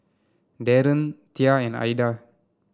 Darien Tia and Aida